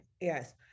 Yes